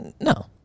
No